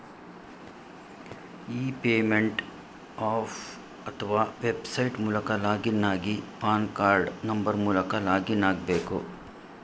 E payment app ಅತ್ವ website ಮೂಲಕ login ಆಗಿ ಪಾನ್ ಕಾರ್ಡ್ ನಂಬರ್ ಮೂಲಕ ಲಾಗಿನ್ ಆಗ್ಬೇಕು